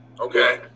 okay